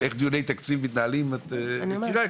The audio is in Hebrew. איך דיוני תקציב מנהלים, את מכירה.